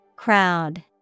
Crowd